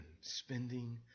spending